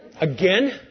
Again